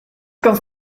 ganz